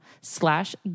slash